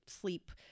sleep